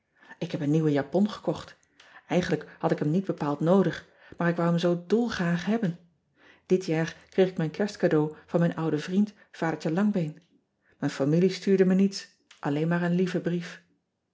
k heb een nieuwe japon gekocht igenlijk had ik hem niet bepaald noodig maar ik wou hem zoo dolgraag hebben it jaar kreeg ik mijn erstcadeau van mijn ouden vriend adertje angbeen ijn familie stuurde me niets alleen maar een lieven brief